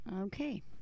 okay